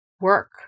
work